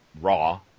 raw